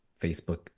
Facebook